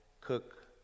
cook